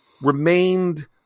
remained